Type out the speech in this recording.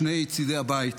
שני צידי הבית,